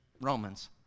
romans